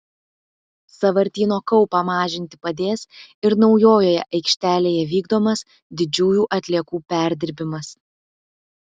sąvartyno kaupą mažinti padės ir naujojoje aikštelėje vykdomas didžiųjų atliekų perdirbimas